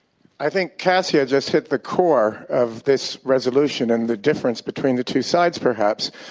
i think kassia just hit the core of this resolution and the difference between the two sides perhaps.